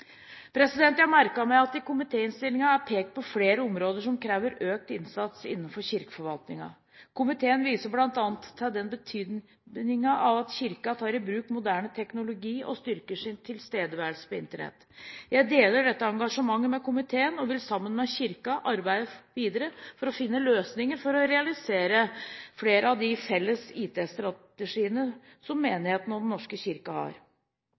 Jeg har merket meg at det i komitéinnstillingen er pekt på flere områder som krever økt innsats innenfor kirkeforvaltningen. Komiteen viser bl.a. til betydningen av at Kirken tar i bruk moderne teknologi og styrker sin tilstedeværelse på Internett. Jeg deler dette engasjementet med komiteen og vil sammen med Kirken arbeide videre for å finne løsninger for å realisere flere av de felles IT-strategiene som menighetene og Den norske kirke har.